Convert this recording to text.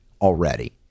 already